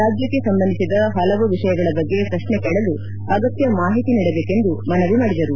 ರಾಜ್ಯಕ್ಷೆ ಸಂಬಂಧಿಸಿದ ಹಲವು ವಿಷಯಗಳ ಬಗ್ಗೆ ಪ್ರಕ್ಷೆ ಕೇಳಲು ಅಗತ್ಯ ಮಾಹಿತಿ ನೀಡಬೇಕೆಂದು ಮನವಿ ಮಾಡಿದರು